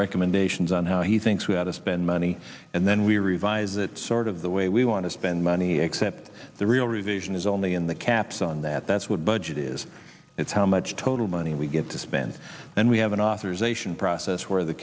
recommendations on how he thinks we ought to spend money and then we revise it sort of the way we want to spend money except the real revision is only in the caps on that that's what budget is it's how much total money we get to spend and we have an authorization process where the